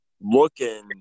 looking